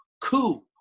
coup